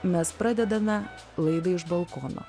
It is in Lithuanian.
mes pradedame laidą iš balkono